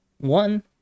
one